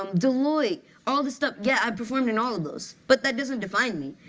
um deloitte, all the stuff. yeah, i performed in all of those. but that doesn't define me.